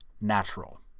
natural